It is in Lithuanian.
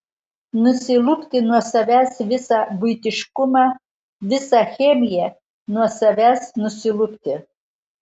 nusilupti nuo savęs visą buitiškumą visą chemiją nuo savęs nusilupti